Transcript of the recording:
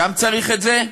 שם צריך את זה?